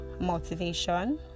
motivation